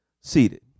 seated